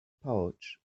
pouch